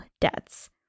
debts